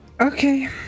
Okay